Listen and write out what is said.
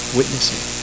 witnessing